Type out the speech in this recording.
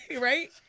right